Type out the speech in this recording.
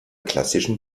klassischen